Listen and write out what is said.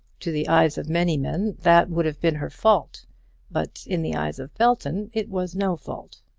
to the eyes of many men that would have been her fault but in the eyes of belton it was no fault.